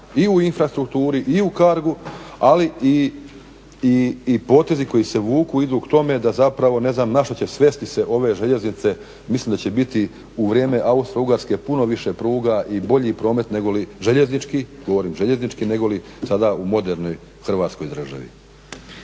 i u Infrastrukturi i u Cargu, ali i potezi koji se vuku, idu k tome da zapravo ne znam na što će svesti se ove željeznice, mislim da će biti u vrijeme Austrougarske puno više pruga i bolji promet željezničku nego sada u modernoj Hrvatskoj državi.